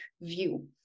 view